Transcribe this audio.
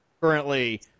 currently